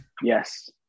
Yes